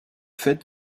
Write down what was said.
fait